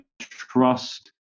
trust